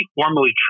formally